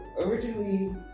originally